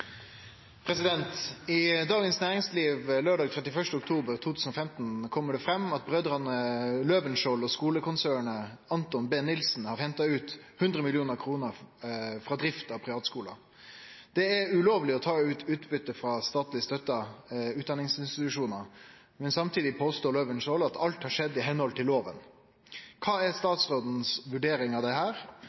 Næringsliv lørdag 31. oktober 2015 kommer det frem at brødrene Løvenskiold og skolekonsernet Anthon B Nilsen har hentet ut 100 millioner kroner fra drift av privatskoler. Det er ulovlig å ta ut utbytte fra statlig støttede utdanningsinstitusjoner, samtidig påstår Løvenskiold at alt har skjedd i henhold til loven. Hva er statsrådens vurdering av dette, og hvilke tiltak vurderer statsråden å sette i verk når det